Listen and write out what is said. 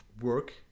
work